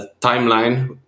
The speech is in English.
timeline